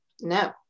no